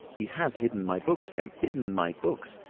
he has hidden my books, kemp. hidden my books!